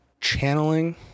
Channeling